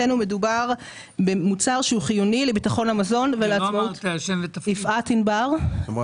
מדובר במפעל יחיד שפועל על נתח רווחים נמוך וביטול המכס מהווה סכנה